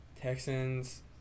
Texans